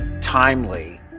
timely